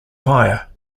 fire